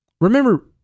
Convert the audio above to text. Remember